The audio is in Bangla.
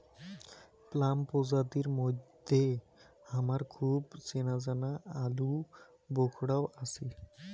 প্লাম প্রজাতির মইধ্যে হামার খুব চেনাজানা আলুবোখরাও আছি